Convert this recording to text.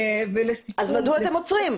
אם כן, מדוע אתם עוצרים?